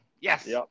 yes